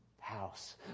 house